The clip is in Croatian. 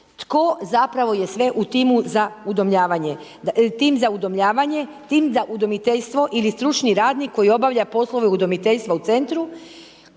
tko zapravo je sve u timu za udomljavanje. Tim za udomiteljstvo ili stručni radnik koji obavlja poslove udomiteljstva u Centru